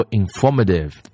informative